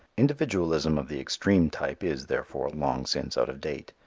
individualism of the extreme type is, therefore, long since out of date.